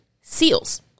seals